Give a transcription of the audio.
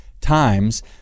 times